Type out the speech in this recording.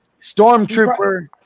Stormtrooper